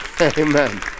Amen